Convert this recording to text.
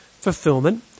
fulfillment